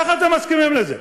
איך אתם מסכימים לזה?